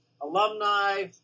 Alumni